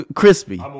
crispy